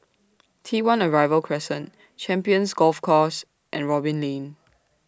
T one Arrival Crescent Champions Golf Course and Robin Lane